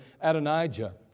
Adonijah